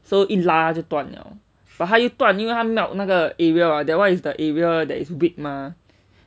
so 一拉就断了 but 它又断因为他 melt 那个 area hor that one is the area that is weak mah